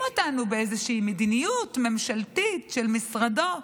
אותנו באיזושהי מדיניות ממשלתית של משרדו,